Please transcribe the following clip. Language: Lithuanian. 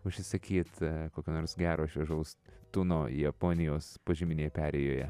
užsisakyt kokio nors gero šviežaus tuno japonijos požeminėje perėjoje